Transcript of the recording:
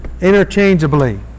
interchangeably